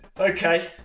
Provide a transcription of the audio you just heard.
Okay